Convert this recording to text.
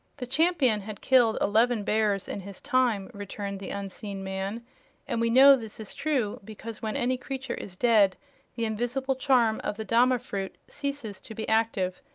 the champion had killed eleven bears in his time, returned the unseen man and we know this is true because when any creature is dead the invisible charm of the dama-fruit ceases to be active,